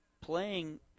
playing